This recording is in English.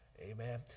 Amen